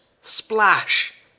Splash